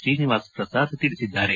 ಶ್ರೀನಿವಾಸ್ ಪ್ರಸಾದ್ ತಿಳಿಸಿದ್ದಾರೆ